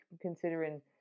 considering